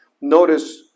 notice